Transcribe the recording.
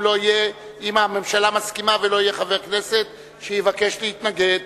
אם הממשלה מסכימה ולא יהיה חבר כנסת שיבקש להתנגד.